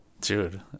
Dude